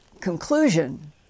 conclusion